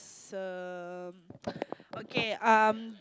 some okay um